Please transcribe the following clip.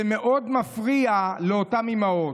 זה מאוד מפריע לאותן אימהות.